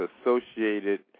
associated